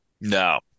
No